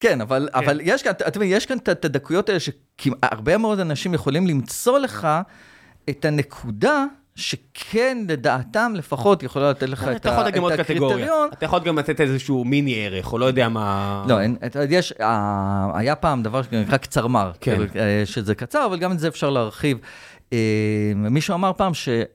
כן, אבל.. אבל, אתה מבין, יש כאן את הדקויות האלה שהרבה מאוד אנשים יכולים למצוא לך את הנקודה שכן, לדעתם, לפחות יכולה לתת לך את הקריטריון. אתה יכול גם לתת איזשהו מיני ערך, או לא יודע מה... לא, יש... היה פעם דבר שנקרא קצרמר, שזה קצר, אבל גם את זה אפשר להרחיב. מישהו אמר פעם ש...